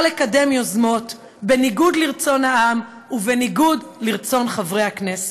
לקדם יוזמות בניגוד לרצון העם ובניגוד לרצון חברי הכנסת.